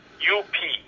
U-P